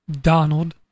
Donald